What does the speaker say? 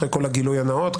אחרי כל הגילוי הנאות,